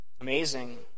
Amazing